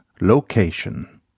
location